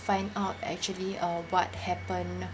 find out actually uh what happened